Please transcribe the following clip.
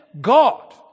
God